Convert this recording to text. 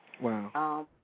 Wow